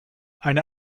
eine